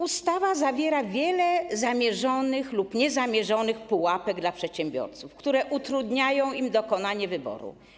Ustawa zawiera wiele zamierzonych lub niezamierzonych pułapek dla przedsiębiorców, które utrudniają im dokonanie wyboru.